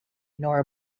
nor